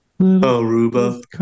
Aruba